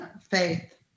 Faith